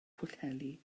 pwllheli